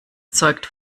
zeugt